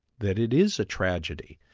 that it is a tragedy,